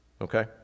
Okay